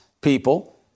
people